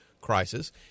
crisis